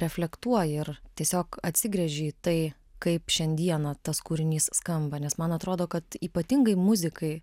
reflektuoji ir tiesiog atsigręži į tai kaip šiandieną tas kūrinys skamba nes man atrodo kad ypatingai muzikai